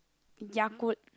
Yakult